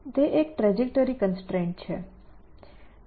તે એક trajectory constraint છે